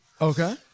Okay